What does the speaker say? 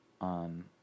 on